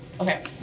Okay